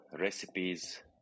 recipes